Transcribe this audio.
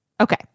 Okay